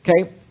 Okay